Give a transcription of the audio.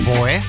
Boy